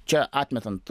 čia atmetant